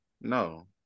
No